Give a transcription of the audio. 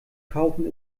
kaufen